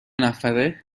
نفره